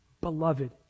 Beloved